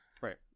Right